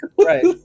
Right